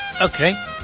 Okay